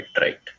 right